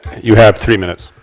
you have three minutes.